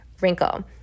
wrinkle